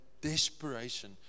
desperation